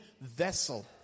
vessel